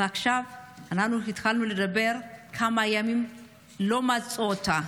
ועכשיו אנחנו התחלנו לדבר על כמה ימים לא מצאו אותה.